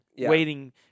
waiting